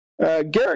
Garrett